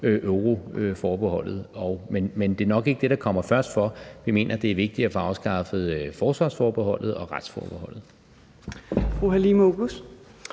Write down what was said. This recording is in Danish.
euroforbeholdet. Men det er nok ikke det, der står først for. Vi mener, det er vigtigere at få afskaffet forsvarsforbeholdet og retsforbeholdet.